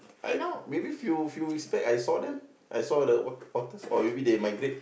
I've maybe few few weeks time I saw them I saw the what otters or maybe they migrate